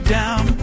down